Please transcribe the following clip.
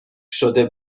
شده